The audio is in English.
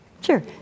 Sure